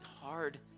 hard